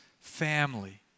family